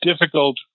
difficult